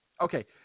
Okay